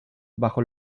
bajo